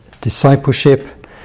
discipleship